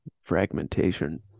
fragmentation